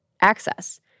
access